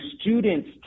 students